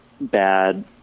bad